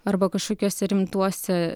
arba kažkokiuose rimtuose